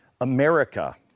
America